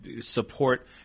support